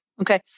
Okay